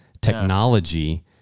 technology